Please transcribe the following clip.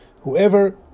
whoever